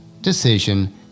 decision